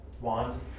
wand